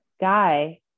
guy